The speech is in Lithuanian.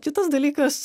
kitas dalykas